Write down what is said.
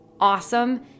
awesome